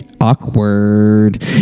awkward